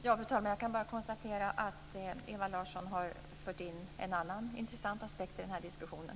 Fru talman! Jag kan bara konstatera att Ewa Larsson har fört in en annan intressant aspekt i den här diskussionen.